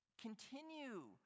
continue